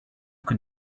can